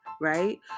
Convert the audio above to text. right